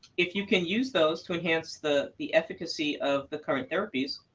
if you can use those to enhance the the efficacy of the current therapies,